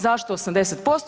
Zašto 80%